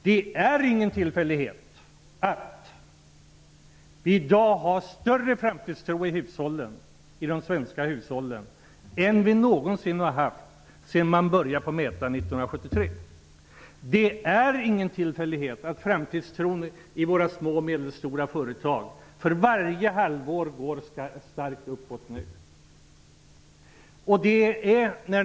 Det är ingen tillfällighet att det i dag finns en större framtidstro i de svenska hushållen än vad som har funnits någon gång sedan man började göra mätningar 1973. Det är ingen tillfällighet att framtidstron i våra små och medelstora företag blir starkare för varje halvår.